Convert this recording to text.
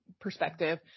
perspective